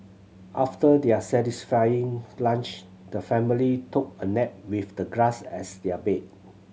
after their satisfying lunch the family took a nap with the grass as their bed